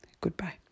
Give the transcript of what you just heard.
goodbye